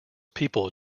people